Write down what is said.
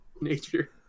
nature